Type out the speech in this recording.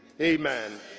Amen